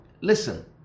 listen